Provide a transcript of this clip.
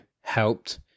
helped